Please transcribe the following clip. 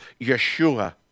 Yeshua